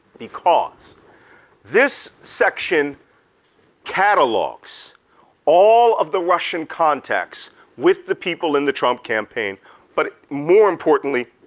because this section catalogs all of the russian contacts with the people in the trump campaign but more importantly,